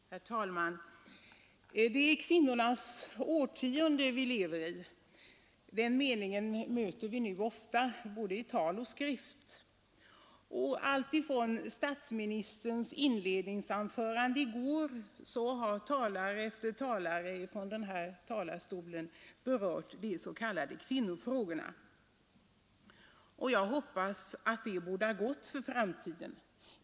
Herr talman! Det är kvinnornas årtionde vi lever i — den meningen möter vi nu ofta i både tal och skrift. Alltifrån statsministerns inledningsanförande i går har talare efter talare berört de s.k. kvinnofrågorna, och jag hoppas att det bådar gott för framtiden.